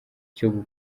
cyo